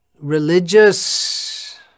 Religious